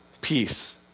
Peace